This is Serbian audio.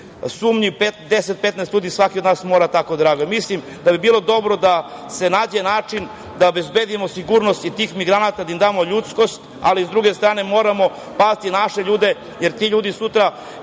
… 10,15 ljudi svako od nas mora tako da odreaguje. Mislim da bi bilo dobro da se nađe način da obezbedimo sigurnost i tih migranata, da im damo ljudskost, ali sa druge strane moramo paziti naše ljude jer ti ljudi sutra,